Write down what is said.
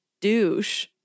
douche